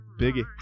Biggie